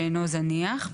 שאינו זניח,